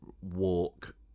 walk